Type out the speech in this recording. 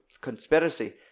conspiracy